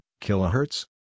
kilohertz